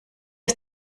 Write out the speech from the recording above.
aus